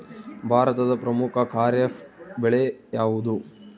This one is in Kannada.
ಭಾರತದ ಪ್ರಮುಖ ಖಾರೇಫ್ ಬೆಳೆ ಯಾವುದು?